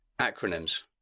Acronyms